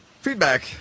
feedback